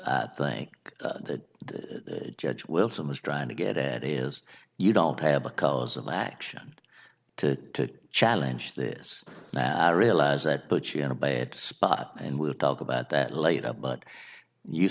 i think that the judge wilson was trying to get at is you don't have a cause of action to challenge this i realize that puts you in a bad spot and we'll talk about that later but you